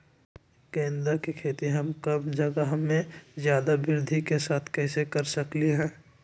गेंदा के खेती हम कम जगह में ज्यादा वृद्धि के साथ कैसे कर सकली ह?